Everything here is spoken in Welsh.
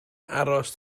aros